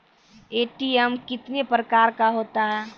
ATM कितने प्रकार का होता हैं?